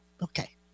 Okay